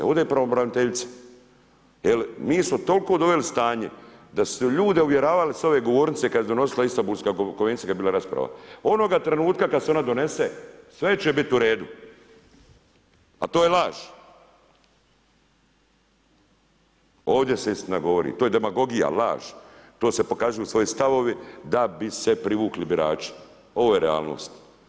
Ovdje je pravobraniteljica, jel mi smo se toliko doveli u stanje da su ljude uvjeravali sa ove govornice kada se donosila Istanbulska konvencija kada je bila rasprava, onoga trenutka kada se ona donese sve će biti uredu, a to je laž. ovdje se istina govori, to je demagogija, laž, to se pokazuju svoji stavovi da bi se privukli birači ovo je realnost.